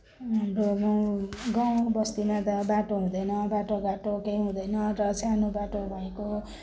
हाम्रो अब गाउँ बस्तीमा त बाटो हुँदैन बाटोघाटो केही हुँदैन र सानो बाटो भएको